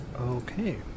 Okay